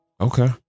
Okay